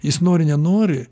jis nori nenori